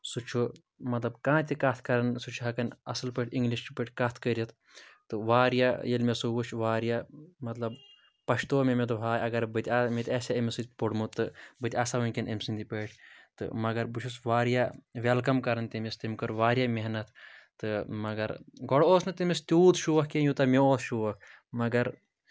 سُہ چھُ مطلب کانٛہہ تہِ کَتھ کَران سُہ چھُ ہٮ۪کان اَصٕل پٲٹھۍ اِنٛگلِش چھِ پٲٹھۍ کَتھ کٔرِتھ تہٕ واریاہ ییٚلہِ مےٚ سُہ وُچھ واریاہ مطلب پَشتوو مےٚ مےٚ دوٚپ ہاے اگر بہٕ تہِ آ مےٚ تہِ آسہِ ہا أمِس سۭتۍ پوٚرمُت تہٕ بہٕ تہِ آسہٕ ہا وٕنۍکٮ۪ن أمۍ سٕنٛدِ پٲٹھۍ تہٕ مگر بہٕ چھُس واریاہ وٮ۪لکَم کَران تٔمِس تٔمۍ کٔر واریاہ محنت تہٕ مگر گۄڈٕ اوس نہٕ تٔمِس تیوٗت شوق کینٛہہ یوٗتاہ مےٚ اوس شوق مگر